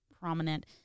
prominent